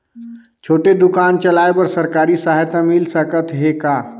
छोटे दुकान चलाय बर सरकारी सहायता मिल सकत हे का?